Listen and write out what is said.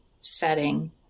setting